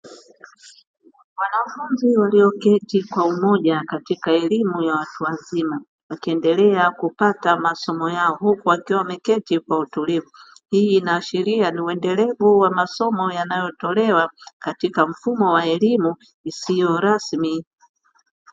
Wanafunzi walioketi kwa umoja katika elimu ya watu wazima, wakiendelea kupata masomo yao huku wakiwa wameketi kwa utulivu. Hii inaashiria ni uendelevu wa masomo yanayotolewa katika mfumo wa elimu isiyo rasmi.